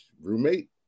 roommate